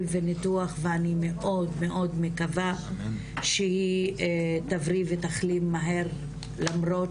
וניתוח ואני מאוד מקווה שהיא תבריא ותחלים מהר למרות